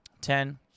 ten